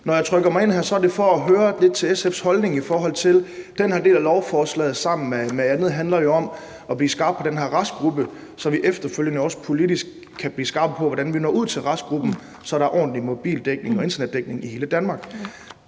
Når jeg har trykket mig ind her, er det for at høre lidt om SF's holdning til noget. Den her del af lovforslaget handler jo bl.a. om at blive skarp på den her restgruppe, så vi efterfølgende politisk også kan blive skarpe på, hvordan vi når ud til restgruppen, så der er ordentlig mobildækning og internetdækning i hele Danmark.